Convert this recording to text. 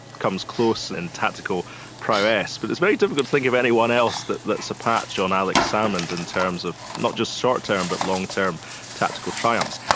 comes close in tactical prowess, but it's very difficult to think of anyone else that's a patch on alex salmond in terms of not just short-term but long-term tactical triumphs.